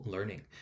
Learning